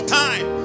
time